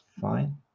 fine